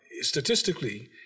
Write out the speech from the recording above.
Statistically